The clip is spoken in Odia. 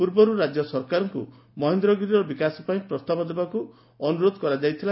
ପୂର୍ବରୁ ରାଜ୍ୟ ସରକାରଙ୍କ ମହେନ୍ଦଗିରିର ବିକାଶ ପାଇଁ ପ୍ରସ୍ତାବ ଦେବାକୁ ସରକାରଙ୍କୁ ଅନୁରୋଧ କରାଯାଇଥିଲା